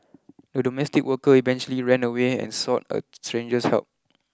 the domestic worker eventually ran away and sought a stranger's help